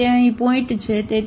તેથી તે અહીં પોઇન્ટ છે